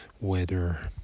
weather